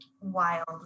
wild